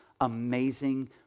amazing